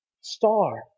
star